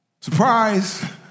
Surprise